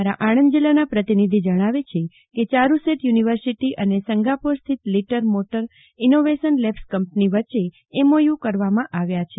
અમારા આણંદ જિલ્લાના પ્રતિનિધિ જણાવે છે કે ચારૂસેટ યુનિવર્સિટી અને સંગાપોર સ્થિત લીટરમોટર ઇનોવેશન લેબ્સ કંપની વચ્ચે એમઓયુ કરવામાં આવ્યા છે